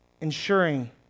ensuring